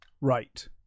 Right